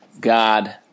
God